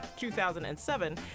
2007